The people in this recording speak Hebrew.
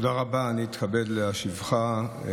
מזמין לדוכן את